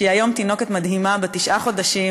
שהיא היום תינוקת מדהימה בת תשעה חודשים,